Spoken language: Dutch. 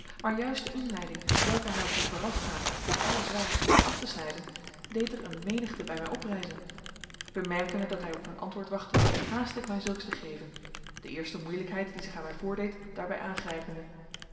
maar juist de inleiding welke hij had doen voorafgaan om alle zwarigheden af te snijden deed er eene menigte bij mij oprijzen bemerkende dat hij op een antwoord wachtte haastte ik mij zulks te geven de eerste moeilijkheid die zich aan mij voordeed daarbij aangrijpende